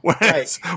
right